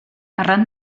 arran